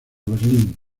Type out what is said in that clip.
berlín